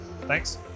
Thanks